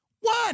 One